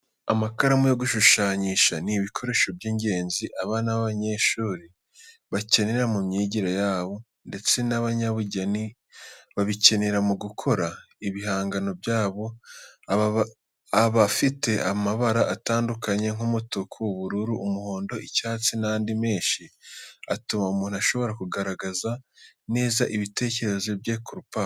Amakaramu yo gushushanyisha ni ibikoresho by'ingenzi abana n'abanyeshuri bakenera mu myigire yabo ndetse n'abanyabugeni babikenera mu gukora ibihangano byabo. Aba afite amabara atandukanye nk'umutuku, ubururu, umuhondo, icyatsi n'andi menshi atuma umuntu ashobora kugaragaza neza ibitekerezo bye ku rupapuro.